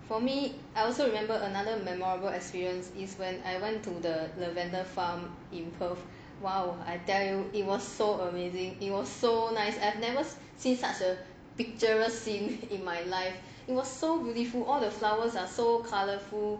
for me I also remember another memorable experience is when I went to the lavender farm in perth !wow! I tell you it was so amazing it was so nice I've never seen such a picturesque scenes in my life it was so beautiful all the flowers are so colourful